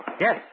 Yes